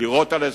לירות על אזרחים?